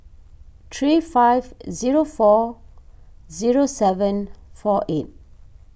three five zero four zero seven four eight